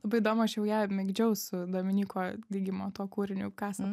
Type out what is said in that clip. labai įdomu aš jau ją migdžiau su dominyko digimo tuo kūriniu kasant